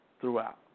throughout